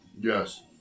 Yes